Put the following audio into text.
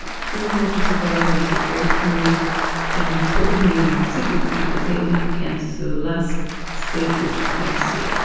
and few holocaust survivors approached me and told me, secretly, that they have cancer, last stages of cancer.